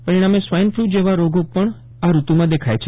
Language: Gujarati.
પરિણામેસ્વાઇન ફ્લુ જેવા રોગ પણ આ ઋતુમાં દેખાય છે